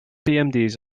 pmd